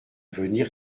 venir